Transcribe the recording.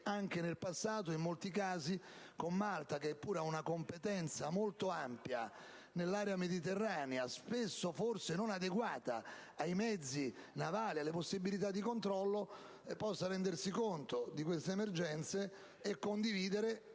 anche nel passato - Malta, che pure ha una competenza molto ampia nell'area mediterranea, spesso forse non adeguata ai mezzi navali e alle possibilità di controllo, possa rendersi conto di queste emergenze e condividere,